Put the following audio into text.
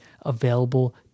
available